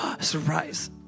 surprise